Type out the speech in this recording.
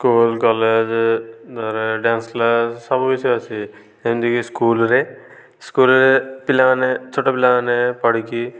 school college ତାପରେ dance class ସବୁକିଛି ଅଛି ଏମିତିକି ସ୍କୁଲ୍ ରେ ସ୍କୁଲ୍ ରେ ପିଲାମାନେ ଛୋଟପିଲାମାନେ ପଢ଼ିକି